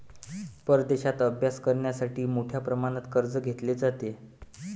परदेशात अभ्यास करण्यासाठी मोठ्या प्रमाणात कर्ज घेतले जाते